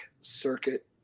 circuit